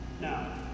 Now